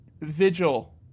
vigil